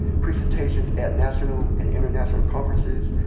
presentations at national and international conferences,